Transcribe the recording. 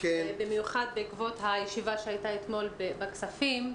במיוחד בעקבות הישיבה שהייתה אתמול בוועדת הכספים.